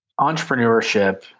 Entrepreneurship